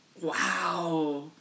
Wow